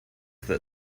that